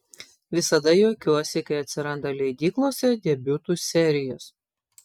visada juokiuosi kai atsiranda leidyklose debiutų serijos